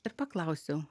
ir paklausiau